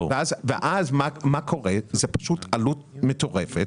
אז זאת עלות מטורפת.